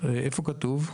איפה זה כתוב?